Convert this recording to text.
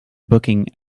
booking